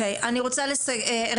מבקש